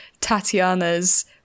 tatiana's